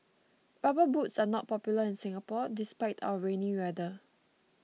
rubber boots are not popular in Singapore despite our rainy weather